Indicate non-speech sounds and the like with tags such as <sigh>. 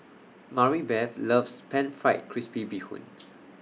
Maribeth loves Pan Fried Crispy Bee Hoon <noise>